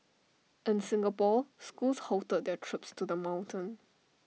in Singapore schools halted their trips to the mountain